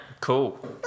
cool